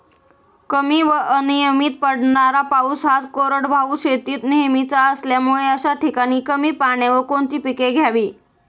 कमी व अनियमित पडणारा पाऊस हा कोरडवाहू शेतीत नेहमीचा असल्यामुळे अशा ठिकाणी कमी पाण्यावर कोणती पिके घ्यावी?